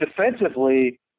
Defensively